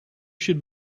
should